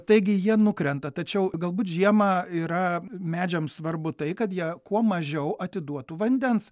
taigi jie nukrenta tačiau galbūt žiemą yra medžiams svarbu tai kad jie kuo mažiau atiduotų vandens